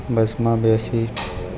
બસમાં બેસી